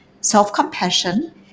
Self-compassion